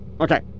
Okay